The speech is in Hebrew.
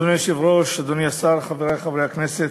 אדוני היושב-ראש, אדוני השר, חברי חברי הכנסת,